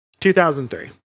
2003